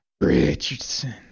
Richardson